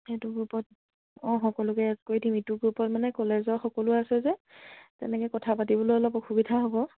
সেইটো গ্ৰুপত অঁ সকলোকে এড কৰি দিম এইটো গ্ৰুপত মানে কলেজৰ সকলো আছে যে তেনেকে কথা পাতিবলৈ অলপ অসুবিধা হ'ব